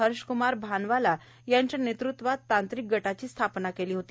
हर्षकुमार भानवाला यांच्या नेतृत्वाखाली तांत्रिक गटाची स्थापना केली होती